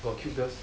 got cute girls